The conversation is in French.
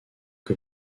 que